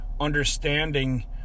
understanding